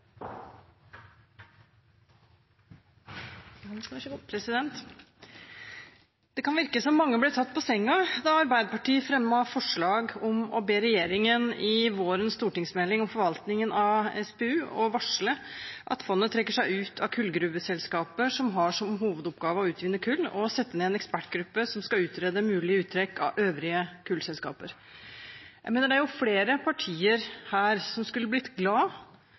Det kan virke som om mange ble tatt på senga da Arbeiderpartiet fremmet forslag om å be regjeringen i vårens stortingsmelding om forvaltningen av SPU varsle at fondet trekker seg ut av kullgruveselskaper som har som hovedoppgave å utvinne kull, og sette ned en ekspertgruppe som skal utrede mulig uttrekk av øvrige kullselskaper. Jeg mener det er flere partier her som skulle blitt glad